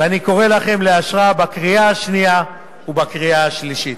ואני קורא לכם לאשרה בקריאה השנייה ובקריאה השלישית.